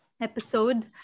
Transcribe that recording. episode